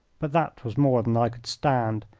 but that was more than i could stand.